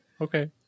Okay